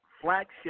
flagship